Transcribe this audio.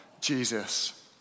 Jesus